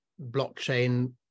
blockchain